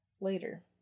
Later